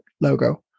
logo